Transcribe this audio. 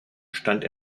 stand